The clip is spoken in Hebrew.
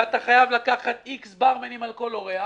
ואתה חייב להביא X ברמנים על כל אורח".